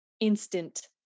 instant